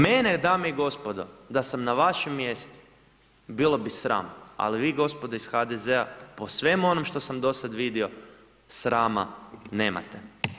Mene dame i gospodo, da sam na vašem mjestu, bilo bi sram, ali vi gospodo iz HDZ-a po svemu onome što sam do sada vidio, srama nemate.